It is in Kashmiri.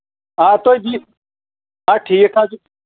آ تۄہہِ دِیو آ ٹھیٖک حظ چھُ